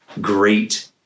great